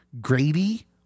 grady